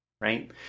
right